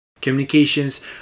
Communications